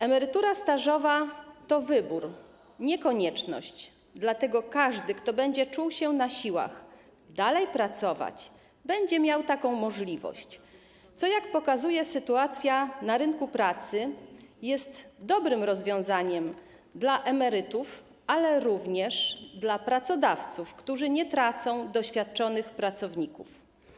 Emerytura stażowa to wybór, nie konieczność, dlatego każdy, kto będzie czuł się na siłach, aby dalej pracować, będzie miał taką możliwość, co - jak pokazuje sytuacja na rynku pracy - jest dobrym rozwiązaniem dla emerytów, ale również dla pracodawców, którzy nie tracą doświadczonych pracowników.